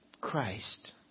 Christ